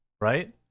right